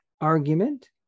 argument